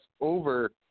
over